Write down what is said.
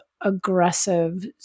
aggressive